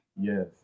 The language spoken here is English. Yes